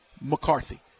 McCarthy